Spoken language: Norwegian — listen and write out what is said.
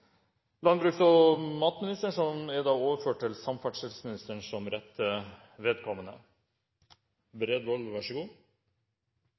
landbruks- og matministeren, men som er overført til samferdselsministeren som rette vedkommende.